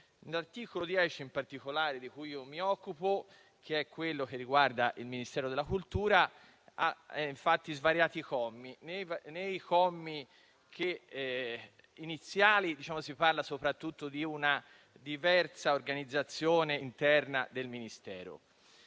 L'articolo 10 in particolare, di cui mi occupo, che riguarda il Ministero della cultura, ha infatti svariati commi e in quelli iniziali si parla soprattutto di una diversa organizzazione interna del Ministero,